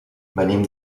venim